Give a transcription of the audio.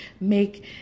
make